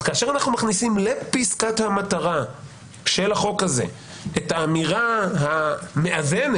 אז כאשר אנחנו מכניסים לפסקת המטרה של החוק הזה את האמירה המאזנת,